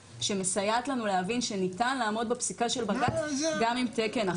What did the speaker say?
שמסייעת לנו להבין שניתן לעמוד בפסיקה של בג"צ גם עם תקן אחר.